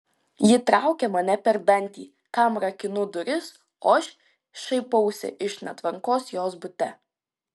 ji traukia mane per dantį kam rakinu duris o aš šaipausi iš netvarkos jos bute